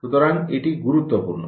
সুতরাং এটি খুব গুরুত্বপূর্ণ